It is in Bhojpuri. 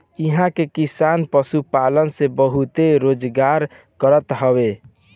इहां के किसान पशुपालन से बहुते रोजगार करत हवे